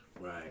Right